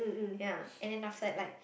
ya and then outside like